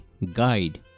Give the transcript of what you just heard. guide